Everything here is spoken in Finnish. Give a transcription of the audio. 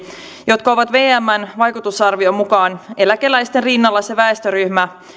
jotka ovat vmn vaikutusarvion mukaan eläkeläisten rinnalla se väestöryhmä